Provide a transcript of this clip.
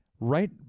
right